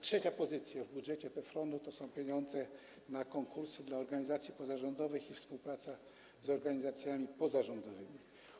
Trzecia pozycja w budżecie PFRON obejmuje pieniądze na konkursy dla organizacji pozarządowych i współpracę z organizacjami pozarządowymi.